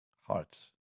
hearts